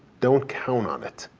don't count on it.